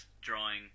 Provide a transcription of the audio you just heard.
drawing